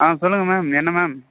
ஆ சொல்லுங்க மேம் என்ன மேம்